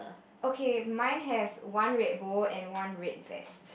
okay mine has one red bowl and one red vest